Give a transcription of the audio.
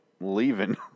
leaving